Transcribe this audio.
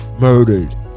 murdered